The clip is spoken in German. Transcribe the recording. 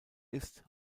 ist